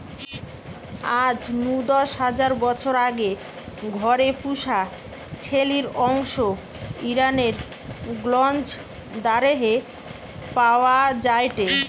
আজ নু দশ হাজার বছর আগে ঘরে পুশা ছেলির অংশ ইরানের গ্নজ দারেহে পাওয়া যায়টে